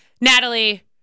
Natalie